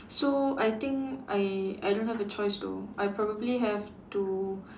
so I think I I don't have a choice though I probably have to